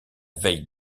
veille